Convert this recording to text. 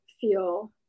feel